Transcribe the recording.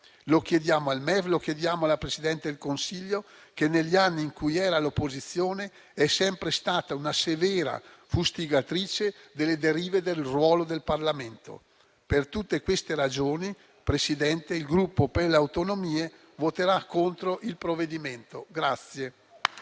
finanze (MEF) e alla Presidente del Consiglio, che negli anni in cui era all'opposizione è sempre stata una severa fustigatrice delle derive del ruolo del Parlamento. Per tutte queste ragioni, signor Presidente, il Gruppo per le Autonomie voterà contro il provvedimento in